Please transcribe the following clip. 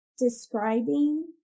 describing